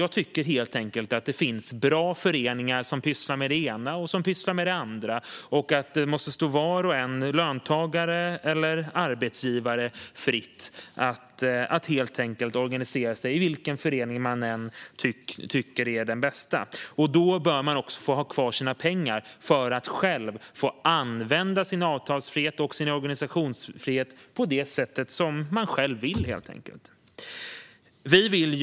Jag tycker helt enkelt att det finns bra föreningar som pysslar med både det ena och det andra, och det måste stå var och en - löntagare eller arbetsgivare - fritt att organisera sig i den förening man tycker är den bästa. Då bör man också få ha kvar sina pengar för att själv få använda sin avtalsfrihet och sin organisationsfrihet på det sätt man själv vill.